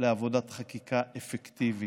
לעבודת חקיקה אפקטיבית.